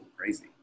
crazy